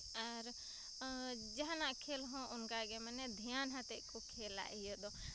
ᱟᱨ ᱡᱟᱦᱟᱱᱟᱜ ᱠᱷᱮᱞᱦᱚᱸ ᱚᱱᱠᱟᱜᱮ ᱢᱟᱱᱮ ᱫᱷᱮᱭᱟᱱ ᱟᱛᱮᱫᱠᱚ ᱠᱷᱮᱞᱟ ᱤᱭᱟᱹᱫᱚ